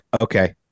okay